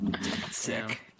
Sick